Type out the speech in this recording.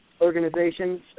organizations